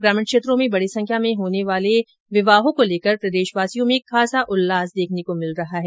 ग्रामीण क्षेत्रों में बड़ी संख्या में होने वाले विवाहों को लेकर प्रदेशवासियों में खासा उल्लास देखने को मिल रहा है